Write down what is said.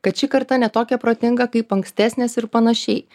kad ši karta ne tokia protinga kaip ankstesnės ir panašiai